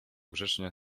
grzecznie